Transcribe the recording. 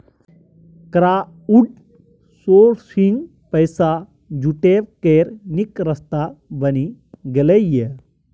crowdsourcing पैसा जुटबै केर नीक रास्ता बनि गेलै यै